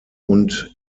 und